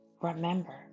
Remember